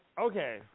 Okay